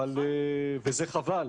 וזה חבל,